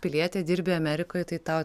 pilietė dirbi amerikoj tai tau